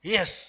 Yes